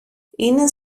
είναι